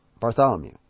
Bartholomew